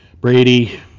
Brady